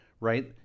right